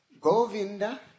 Govinda